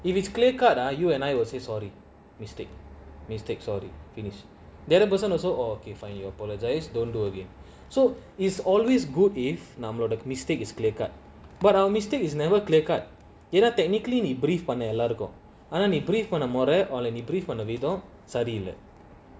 if it's clear cut ah you and I will say sorry mistake mistakes sorry finished the other person also orh okay fine you apologise don't do again so it's always good if number one mistake is clear cut but our mistake is never clear cut you know technically we briefed around eight o'clock and then we brief on a பண்ணுஎல்லோருக்கும்:pannu ellorukum or we brief on a விதம்சரில்ல:vidham sarilla